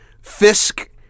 Fisk